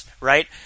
right